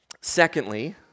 Secondly